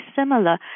similar